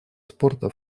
спорта